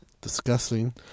Disgusting